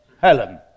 Helen